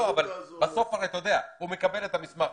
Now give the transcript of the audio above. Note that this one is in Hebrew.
בסוף אתה יודע שהוא מקבל את המסמך,